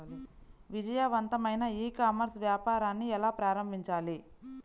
విజయవంతమైన ecommerce వ్యాపారాన్ని ఎలా ప్రారంభించాలి?